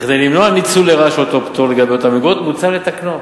כדי למנוע ניצול לרעה של אותו פטור לגבי אותן מלגות מוצע לתקנו.